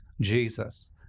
Jesus